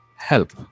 help